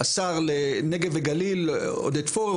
השר לנגב וגליל עודד פורר,